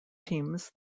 teams